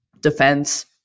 defense